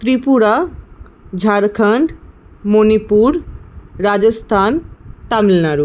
Tripura Jharkhand Manipur Rajasthan Tamil Nadu